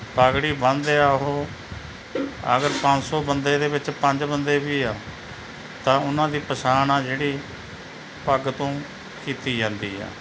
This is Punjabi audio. ਪੱਗੜੀ ਬੰਨਦੇ ਆ ਉਹ ਅਗਰ ਪੰਜ ਸੌ ਬੰਦੇ ਦੇ ਵਿੱਚ ਪੰਜ ਬੰਦੇ ਵੀ ਆ ਤਾਂ ਉਹਨਾਂ ਦੀ ਪਛਾਣ ਆ ਜਿਹੜੀ ਪੱਗ ਤੋਂ ਕੀਤੀ ਜਾਂਦੀ ਆ